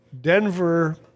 Denver